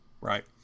Right